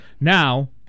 Now